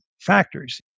factors